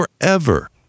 forever